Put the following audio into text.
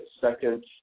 second